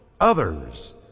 others